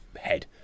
head